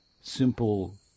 simple